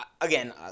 again